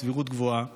בסבירות גבוהה